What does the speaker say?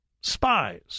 spies